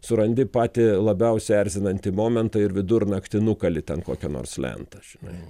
surandi patį labiausiai erzinantį momentą ir vidurnaktį nukali ten kokią nors lentą žinai